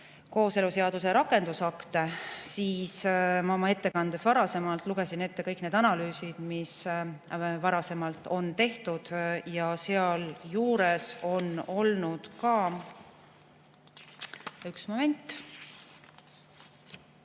kooseluseaduse rakendusakte, siis ma oma ettekandes lugesin ette kõik need analüüsid, mis varasemalt on tehtud, ja sealjuures on olnud ka … üks moment,